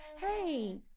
Hey